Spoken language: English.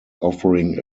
offering